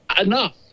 enough